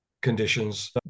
conditions